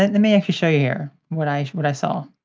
and me actually show you here what i what i saw.